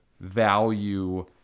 value